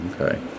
okay